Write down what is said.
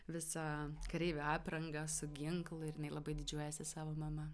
visa kareivių apranga su ginklu ir jinai labai didžiuojasi savo mama